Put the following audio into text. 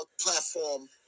platform